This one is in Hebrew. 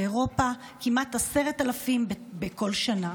באירופה כמעט 10,000 בכל שנה.